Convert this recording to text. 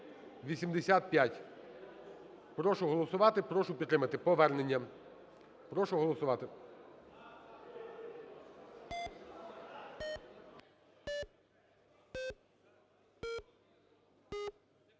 Прошу голосувати, прошу підтримати повернення. Прошу голосувати.